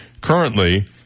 currently